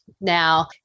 Now